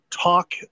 talk